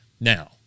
Now